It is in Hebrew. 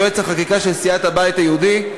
יועץ החקיקה של סיעת הבית היהודי,